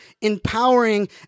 empowering